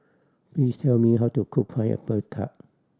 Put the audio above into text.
please tell me how to cook Pineapple Tart